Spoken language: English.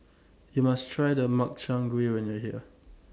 YOU must Try The Makchang Gui when YOU Are here